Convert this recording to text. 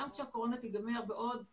גם כשהקורונה תיגמר, אני